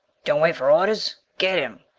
don't wait for orders? get him.